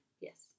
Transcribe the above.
yes